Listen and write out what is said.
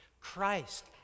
Christ